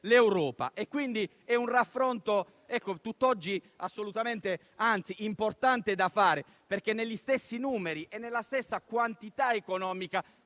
l'Europa. È un raffronto tutt'oggi assolutamente importante da fare, perché negli stessi numeri e nella stessa quantità economica